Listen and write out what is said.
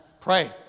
pray